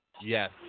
Yes